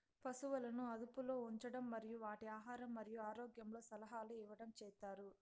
పసువులను అదుపులో ఉంచడం మరియు వాటి ఆహారం మరియు ఆరోగ్యంలో సలహాలు ఇవ్వడం చేత్తారు